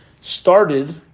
started